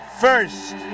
first